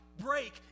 Break